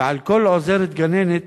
ועל כל משרת עוזרת-גננת